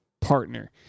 partner